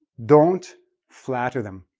don't flatter them.